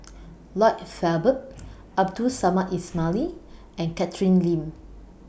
Lloyd Valberg Abdul Samad Ismail and Catherine Lim